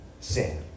sin